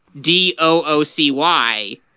D-O-O-C-Y